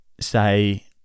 say